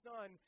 Son